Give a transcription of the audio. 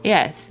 Yes